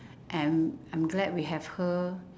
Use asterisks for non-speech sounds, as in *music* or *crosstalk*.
*breath* and I'm glad we have her